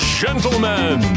gentlemen